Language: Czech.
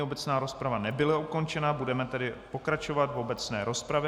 Obecná rozprava nebyla ukončena, budeme tedy pokračovat v obecné rozpravě.